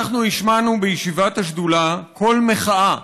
אנחנו השמענו בישיבת השדולה קול מחאה